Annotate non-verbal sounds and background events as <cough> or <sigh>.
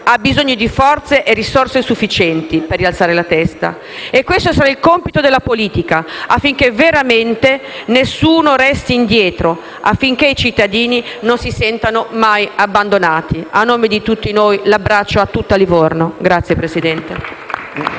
ha bisogno di forze e risorse sufficienti per rialzare la testa e questo sarà il compito della politica, affinché veramente nessuno resti indietro, affinché i cittadini non si sentano mai abbandonati. A nome di tutti noi, l'abbraccio a tutta Livorno. <applause>